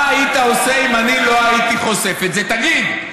מה היית עושה אם אני לא הייתי חושף את זה, תגיד?